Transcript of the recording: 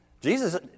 Jesus